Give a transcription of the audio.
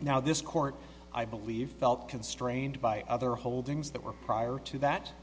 now this court i believe felt constrained by other holdings that were prior to that